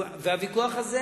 והוויכוח הזה